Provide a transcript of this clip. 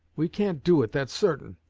we can't do it, that's certain.